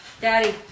Daddy